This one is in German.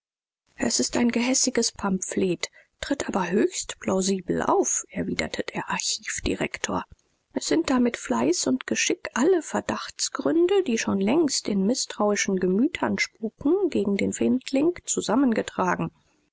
es ist ein gehässiges pamphlet tritt aber höchst plausibel auf erwiderte der archivdirektor es sind da mit fleiß und geschick alle verdachtsgründe die schon längst in mißtrauischen gemütern spuken gegen den findling zusammengetragen